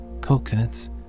coconuts